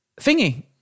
thingy